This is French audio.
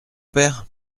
père